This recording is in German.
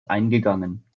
eingegangen